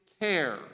care